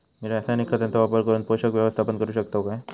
मी रासायनिक खतांचो वापर करून पोषक व्यवस्थापन करू शकताव काय?